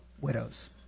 widows